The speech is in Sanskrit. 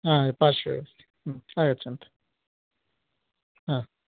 हा पार्श्वे अस्ति आगच्छन्तु हा